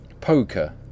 Poker